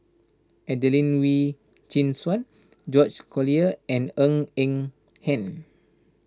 Adelene Wee Chin Suan George Collyer and Ng Eng Hen